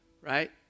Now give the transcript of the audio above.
Right